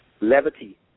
levity